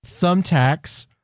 thumbtacks